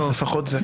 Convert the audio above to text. אז לפחות זה.